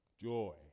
joy